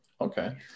Okay